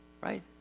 Right